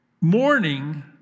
mourning